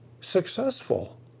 successful